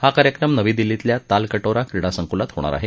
हा कार्यक्रम नवी दिल्लीतल्या तालकटोरा क्रीडा संकुलात होणार आहे